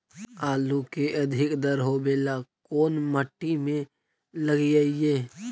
आलू के अधिक दर होवे ला कोन मट्टी में लगीईऐ?